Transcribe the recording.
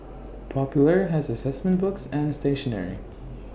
popular has Assessment books and stationery